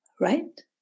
right